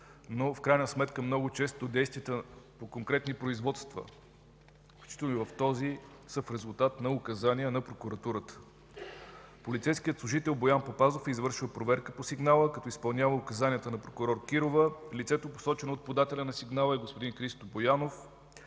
В крайна сметка много често действията по конкретни производства, включително и в този случай, са в резултат на указания на прокуратурата. Полицейският служител Боян Папазов е извършил проверка по сигнала, като е изпълнявал указанията на прокурор Кирова. Лицето, посочено от подателя на сигнала, е господин Христо Боянов.